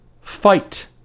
fight